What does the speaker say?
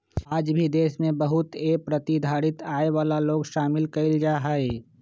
आज भी देश में बहुत ए प्रतिधारित आय वाला लोग शामिल कइल जाहई